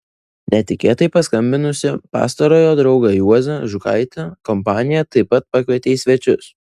netikėtai paskambinusį pastarojo draugą juozą žukaitį kompanija taip pat pakvietė į svečius